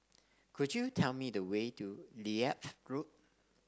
could you tell me the way to Leith Road